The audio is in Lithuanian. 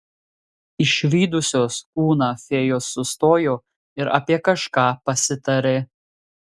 išvydusios kūną fėjos sustojo ir apie kažką pasitarė